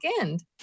end